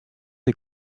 des